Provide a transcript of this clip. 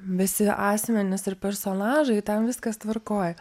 visi asmenys ir personažai ten viskas tvarkoj